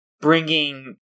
bringing